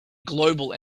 global